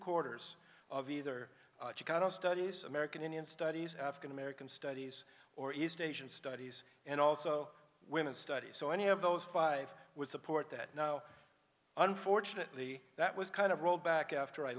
quarters of either studies american indian studies african american studies or east asian studies and also women's studies so any of those five would support that no unfortunately that was kind of rolled back after i